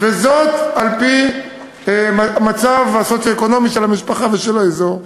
על-פי המצב הסוציו-אקונומי של המשפחה ושל האזור.